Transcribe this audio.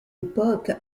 époque